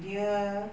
dia